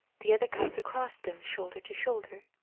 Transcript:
the other comes across them shoulder to shoulder.